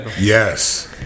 Yes